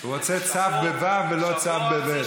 הוא רוצה צו בוו"ו, ולא צב בבי"ת.